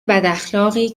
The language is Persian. بداخلاقی